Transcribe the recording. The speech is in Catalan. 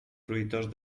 fruitós